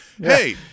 Hey